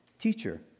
Teacher